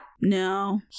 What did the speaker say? No